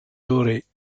dorées